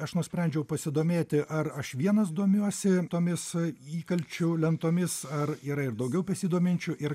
aš nusprendžiau pasidomėti ar aš vienas domiuosi tomis įkalčių lentomis ar yra ir daugiau besidominčių ir